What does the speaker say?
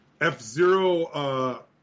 F-Zero